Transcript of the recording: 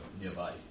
nearby